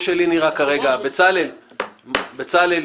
בצלאל,